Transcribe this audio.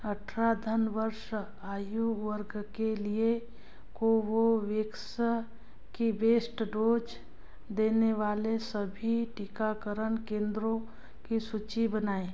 अठारह धन वर्ष आयु वर्ग के लिए कोवोवेक्स की बेस्ट डोज देने वाले सभी टीकाकरण केंद्रों की सूची बनाएँ